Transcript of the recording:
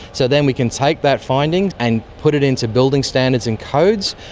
so then we can take that finding and put it into building standards and codes,